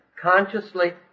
Consciously